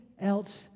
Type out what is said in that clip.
else